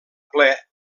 ple